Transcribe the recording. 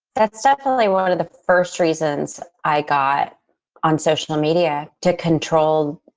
that's definitely one of the first reasons i got on social media. to control,